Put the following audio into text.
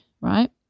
Right